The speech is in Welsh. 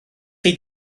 chi